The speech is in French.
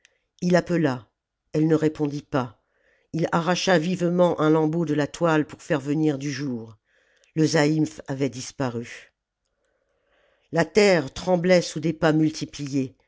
ii appela elle ne répondit pas il arracha vivement un lambeau de la toile pour faire venir du jour le zaïmph avait disparu la terre tremblait sous des pas multipliés